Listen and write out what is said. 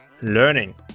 learning